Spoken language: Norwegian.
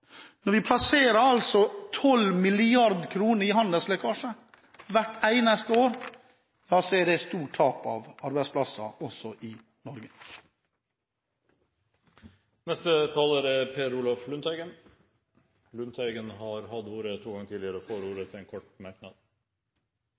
Når vi passerer 12 mrd. kr i handelslekkasje hvert eneste år, er det stort tap av arbeidsplasser også i Norge. Representanten Per Olaf Lundteigen har hatt ordet to ganger tidligere og får ordet